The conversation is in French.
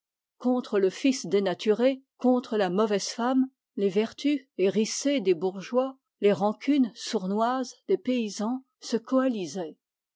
contre le fils dénaturé contre la mauvaise femme les vertus hérissées des bourgeois les rancunes sournoises des paysans se